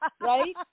Right